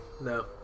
No